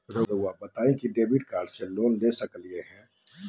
रहुआ बताइं कि डेबिट कार्ड से लोन ले सकल जाला?